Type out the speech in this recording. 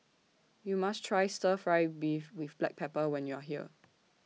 YOU must Try Stir Fry Beef with Black Pepper when YOU Are here